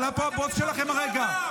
הבוס שלכם עלה לפה כרגע.